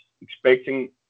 expecting